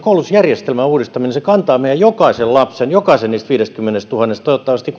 koulutusjärjestelmän uudistaminen kantaa meidän jokaisen lapsen jokaisen niistä viidestäkymmenestätuhannesta toivottavasti